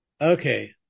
Okay